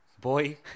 Boy